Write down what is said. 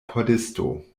pordisto